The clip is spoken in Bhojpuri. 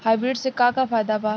हाइब्रिड से का का फायदा बा?